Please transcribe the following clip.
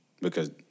because-